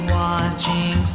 watching